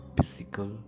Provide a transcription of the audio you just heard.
physical